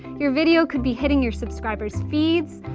your video could be hitting your subscribers' feeds.